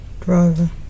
driver